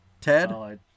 Ted